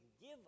give